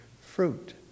fruit